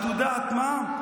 את יודעת מה?